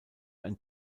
ein